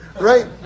right